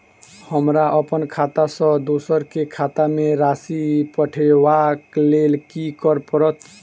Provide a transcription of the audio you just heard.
हमरा अप्पन खाता सँ दोसर केँ खाता मे राशि पठेवाक लेल की करऽ पड़त?